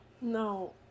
No